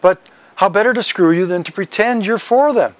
but how better to screw you than to pretend you're for the